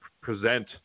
present